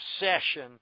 obsession